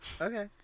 Okay